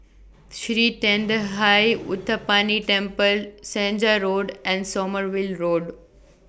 Sri Thendayuthapani Temple Senja Road and Sommerville Road